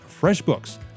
FreshBooks